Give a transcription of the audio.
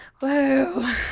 Whoa